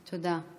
תודה.